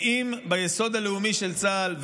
פוגעים ביסוד הלאומי של צה"ל.